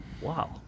wow